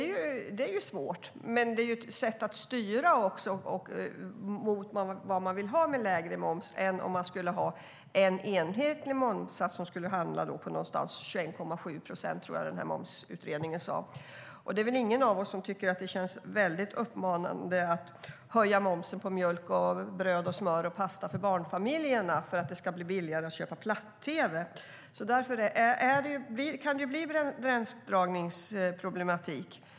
Att ha en lägre momssats är ett sätt att styra vad man vill ha; om man skulle ha en enhetlig momssats skulle den hamna omkring 21,7 procent, tror jag att Momsutredningen sade, och det är väl ingen av oss som tycker att det känns särskilt lockande att höja momsen på mjölk, bröd, smör och pasta för barnfamiljerna för att det ska bli billigare att köpa platt-tv? Det kan alltså bli gränsdragningsproblematik.